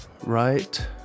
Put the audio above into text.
right